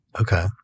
Okay